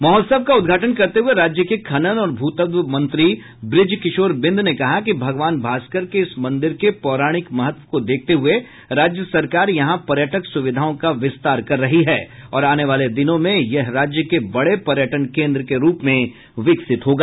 महोत्सव का उद्घाटन करते हुये राज्य के खनन और भूतत्व मंत्री बृजकिशोर बिंद ने कहा कि भगवान भास्कर के इस मंदिर के पौराणिक महत्व को देखते हुए राज्य सरकार यहां पर्यटक सुविधाओं का विस्तार कर रही है और आने वाले दिनों में यह राज्य के बड़े पर्यटन केंद्र के रूप में विकसित होगा